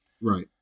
Right